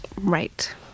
Right